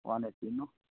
one eighty no